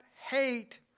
hate